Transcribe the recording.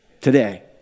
today